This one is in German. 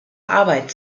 arbeit